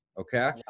okay